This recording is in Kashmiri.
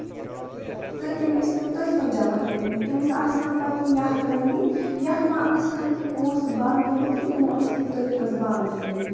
تہٕ تٔمۍ ٲسۍ تِم تٔتھۍ منٛز جمع کٔرمٕتۍ تٔمِس آسہِ ہن پَتہٕ تِم رٲومٕتۍ یا مہ آسہِ ہن تِم پونسہٕ بنٛد گٔمٕتۍ تہٕ تِمو ٲسۍ تِم تٔتھۍ منٛز بند تھٲے مٕتۍ